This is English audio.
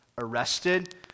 arrested